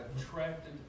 attracted